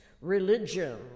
religion